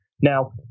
Now